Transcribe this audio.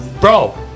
Bro